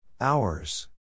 Hours